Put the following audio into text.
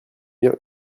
bien